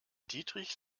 dietrich